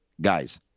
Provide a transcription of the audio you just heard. guys